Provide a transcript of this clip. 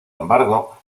embargo